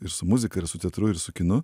ir su muzika ir su teatru ir su kinu